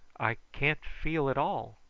i can't feel at all.